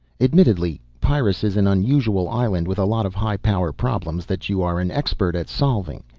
admittedly, pyrrus is an unusual island with a lot of high-power problems that you are an expert at solving.